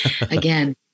again